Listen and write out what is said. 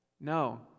No